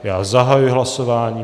Já zahajuji hlasování.